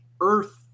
Earth